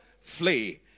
flee